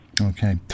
Okay